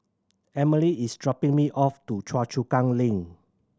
Amelie is dropping me off to Choa Chu Kang Link